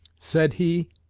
said he